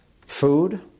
food